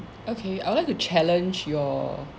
okay I would like to challenge your